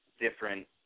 different